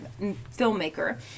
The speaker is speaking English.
filmmaker